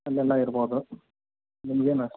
ಅಲ್ಲೆಲ್ಲ ಇರ್ಬೋದು ನಿಮ್ಗೇನು